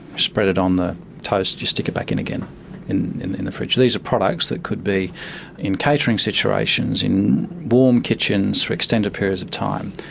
spread it on the toast, you stick it back in again in in the fridge. these are products that could be in catering situations, in warm kitchens for extended periods of times,